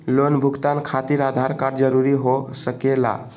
Loan भुगतान खातिर Aadhaar card जरूरी हो सके ला?